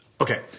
okay